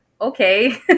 okay